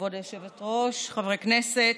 כבוד היושבת-ראש, חבריי חברי הכנסת,